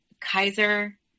Kaiser